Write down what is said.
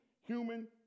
human